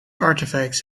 artifacts